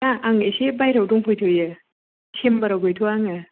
दा आं एसे बायहेरायाव दंफैथ'यो चेम्बाराव गैथ'आ आङो